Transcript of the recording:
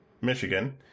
michigan